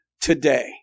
today